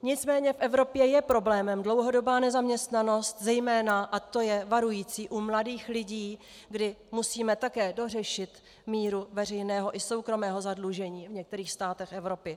Nicméně v Evropě je problémem dlouhodobá nezaměstnanost, zejména, a to je varující, u mladých lidí, kdy musíme také dořešit míru veřejného i soukromého zadlužení v některých státech Evropy.